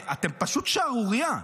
אתם פשוט שערורייה.